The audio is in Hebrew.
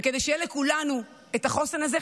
וכדי שיהיה לכולנו את החוסן הזה,